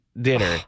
dinner